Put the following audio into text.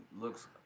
looks